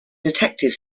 detective